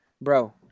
bro